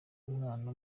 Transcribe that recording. umwana